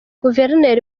guverineri